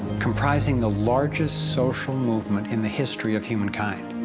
comprising the largest social movement in the history of humankind.